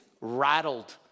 rattled